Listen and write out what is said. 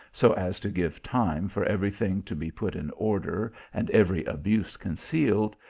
so as to give time for every thing to be put in order and every abuse concealed,